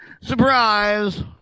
Surprise